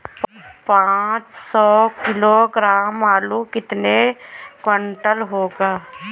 पाँच सौ किलोग्राम आलू कितने क्विंटल होगा?